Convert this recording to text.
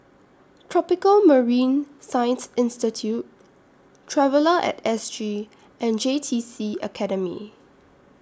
Tropical Marine Science Institute Traveller At S G and J T C Academy